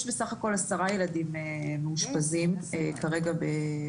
יש בסך הכל עשרה ילדים מאושפזים בבתי החולים.